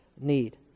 need